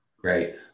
Great